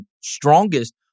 strongest